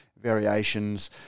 variations